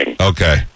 Okay